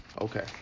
okay